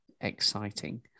exciting